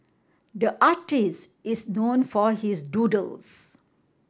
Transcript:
the artist is known for his doodles